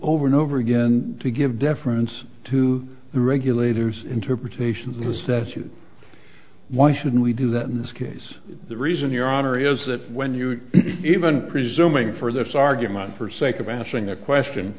over and over again to give deference to the regulators interpretation who says you know why should we do that in this case the reason your honor is that when you even presuming for this argument for sake of answering the question